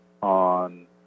on